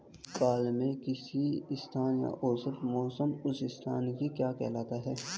दीर्घकाल में किसी स्थान का औसत मौसम उस स्थान की क्या कहलाता है?